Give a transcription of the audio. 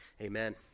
Amen